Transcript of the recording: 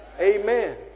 amen